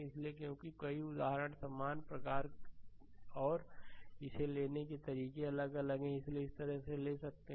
इसलिए क्योंकि कई उदाहरण समान प्रकार और इसे लेने के तरीके अलग अलग हैं इसलिए इस तरह से इसे ले सकते हैं